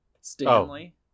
Stanley